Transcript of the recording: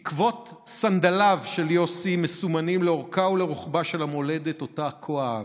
עקבות סנדליו של יוסי מסומנים לאורכה ולרחבה של המולדת שכה אהב,